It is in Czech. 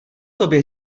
tobě